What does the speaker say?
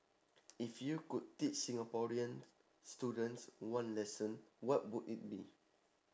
if you could teach singaporean students one lesson what would it be